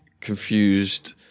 confused